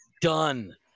done